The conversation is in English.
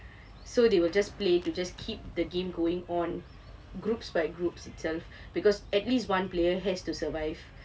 so they will just play to just keep the game going on groups by groups itself because at least one player has to survive